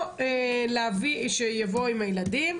הסכמתם לאסיר ביקור עם הילדים.